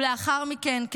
ולאחר מכן,